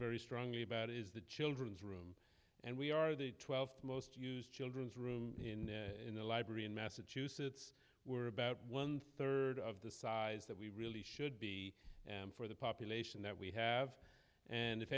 very strongly about is the children's room and we are the th most used children's room in the library in massachusetts were about one rd of the size that we really should be for the population that we have and if